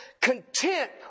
content